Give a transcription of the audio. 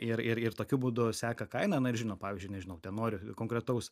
ir ir ir tokiu būdu seka kainą na ir žino pavyzdžiui nežinau ten nori konkretaus